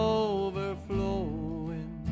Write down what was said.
overflowing